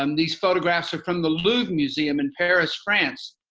um these photographs are from the louvre museum in paris, france.